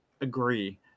agree